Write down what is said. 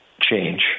change